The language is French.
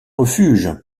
refuge